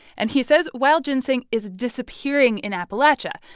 and he says wild ginseng is disappearing in appalachia.